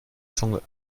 zunge